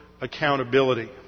accountability